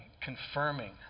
confirming